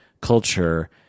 culture